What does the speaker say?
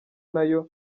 nayo